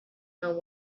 know